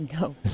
No